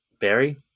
barry